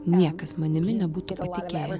niekas manimi nebūtų patikėję